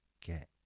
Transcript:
get